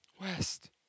West